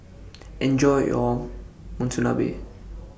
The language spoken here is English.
Enjoy your Monsunabe